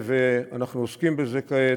אנחנו עוסקים בזה כעת,